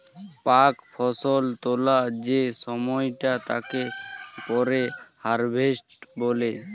পাক ফসল তোলা যে সময়টা তাকে পরে হারভেস্ট বলে